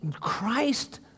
Christ